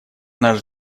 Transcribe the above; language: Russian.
наш